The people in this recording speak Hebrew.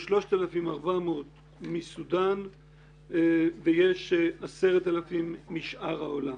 יש 3,400 מסודן ויש 10,000 משאר העולם.